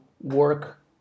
work